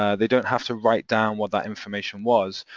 ah they don't have to write down what that information was.